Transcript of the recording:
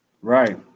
Right